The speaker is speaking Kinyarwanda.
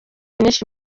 myinshi